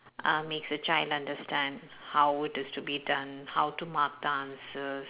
uh makes me trying understand how would it's to be done how to mark the answers